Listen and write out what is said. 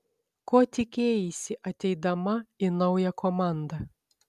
ko tikėjaisi ateidama į naują komandą